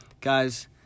guys